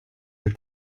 your